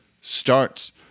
starts